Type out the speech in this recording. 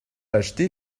acheté